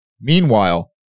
Meanwhile